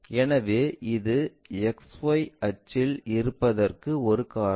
எனவே இது XY அச்சில் இருப்பதற்கு ஒரு காரணம்